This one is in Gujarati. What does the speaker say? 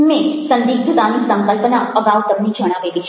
મેં સંદિગ્ધતાની સંકલ્પના અગાઉ તમને જણાવેલી છે